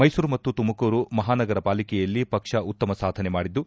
ಮೈಸೂರು ಮತ್ತು ತುಮಕೂರು ಮಹಾನಗರ ಪಾಲಿಕೆಯಲ್ಲಿ ಪಕ್ಷ ಉತ್ತಮ ಸಾಧನೆ ಮಾಡಿದ್ದು